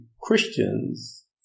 Christians